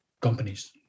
companies